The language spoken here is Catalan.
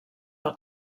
del